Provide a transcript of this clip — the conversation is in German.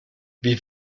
wie